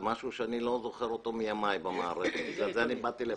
זה משהו שאני לא זוכר אותו מימיי במערכת ולכן באתי לכאן.